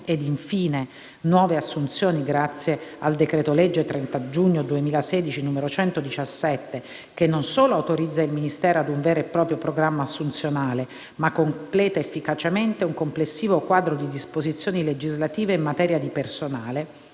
e, infine, nuove assunzioni grazie al decreto-legge 30 giugno 2016, n. 117, che non solo autorizza il Ministero ad un vero e proprio programma assunzionale, ma completa efficacemente un complessivo quadro di disposizioni legislative in materia di personale,